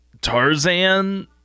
Tarzan